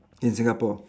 in Singapore